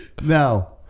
No